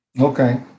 Okay